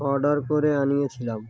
order করে আনিয়েছিলাম